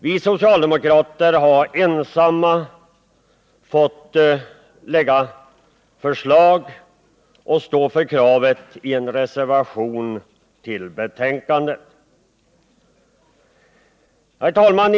Vi socialdemokrater har ensamma fått lägga fram förslag och stå för kravet i en reservation till betänkandet. Herr talman!